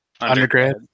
undergrad